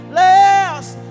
last